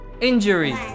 injury